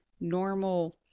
normal